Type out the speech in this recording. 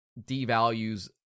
devalues